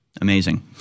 Amazing